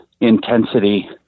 intensity